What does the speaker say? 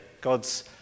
God's